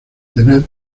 tener